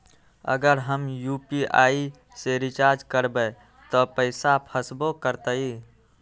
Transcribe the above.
अगर हम यू.पी.आई से रिचार्ज करबै त पैसा फसबो करतई?